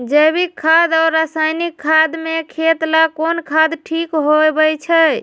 जैविक खाद और रासायनिक खाद में खेत ला कौन खाद ठीक होवैछे?